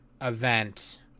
event